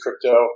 crypto